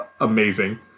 amazing